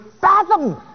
fathom